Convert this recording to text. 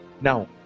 now